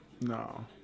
no